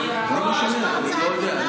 לא משנה, אני לא יודע.